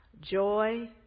joy